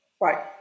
Right